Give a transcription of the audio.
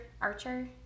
Archer